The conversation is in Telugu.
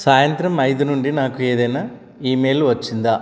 సాయంత్రం ఐదు నుండి నాకు ఏదైనా ఇమెయిల్ వచ్చిందా